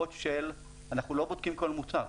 לא בודקים כל מוצר,